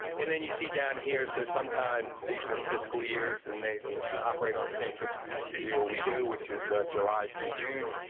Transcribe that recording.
and then you see, down here, so sometimes, these are fiscal years, and they operate on the same fiscal year we do, which is july through june.